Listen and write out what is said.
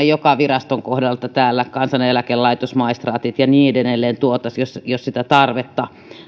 joka viraston kohdalta täällä tuotaisiin kansaneläkelaitos maistraatit ja niin edelleen jos sitä tarvetta